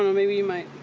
maybe you might.